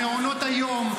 מעונות היום,